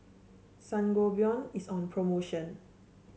sangobion is on promotion